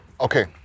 Okay